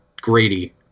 grady